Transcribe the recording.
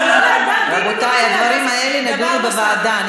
הדסה, אבל לא, רבותי, הדברים האלה נדונו בוועדה.